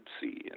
see